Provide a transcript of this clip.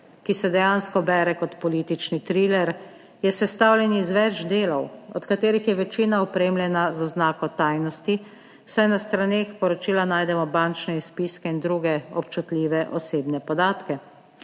ki se dejansko bere kot politični triler, je sestavljen iz več delov, od katerih je večina opremljena z oznako tajnosti, saj na straneh poročila najdemo bančne izpiske in druge občutljive osebne podatke.